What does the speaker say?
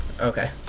Okay